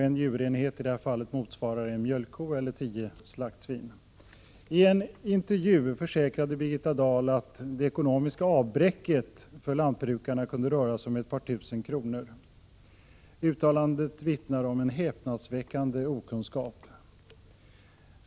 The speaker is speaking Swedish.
En djurenhet motsvarar i det här fallet en mjölkko eller tio slaktsvin. I en intervju försäkrade Birgitta Dahl att det ekonomiska avbräcket för lantbrukarna kunde röra sig om ett par tusen kronor. Uttalandet vittnar om en häpnadsväckande okunnighet.